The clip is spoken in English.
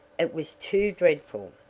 it was too dreadful.